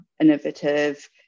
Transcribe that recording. innovative